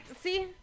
See